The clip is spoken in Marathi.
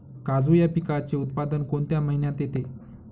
काजू या पिकाचे उत्पादन कोणत्या महिन्यात येते?